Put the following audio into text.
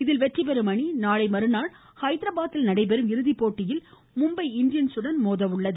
இதில் வெற்றிபெறும் அணி நாளை மறுநாள் ஹைதராபாத்தில் நடைபெறும் இறுதிப்போட்டியில் மும்பை இண்டியன்சுடன் மோத உள்ளது